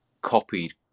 copied